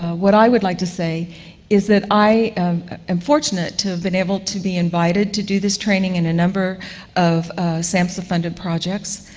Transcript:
what i would like to say is that i am fortunate to have been able to be invited to do this training in a number of samhsa funded projects.